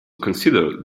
considered